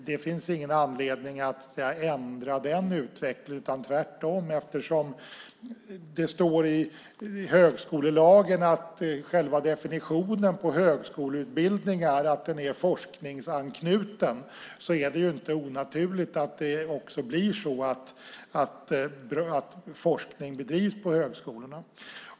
Det finns ingen anledning att ändra den utvecklingen. Tvärtom - eftersom det står i högskolelagen att själva definitionen på högskoleutbildning är att den är forskningsanknuten är det inte onaturligt att forskning även bedrivs på högskolorna.